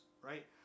right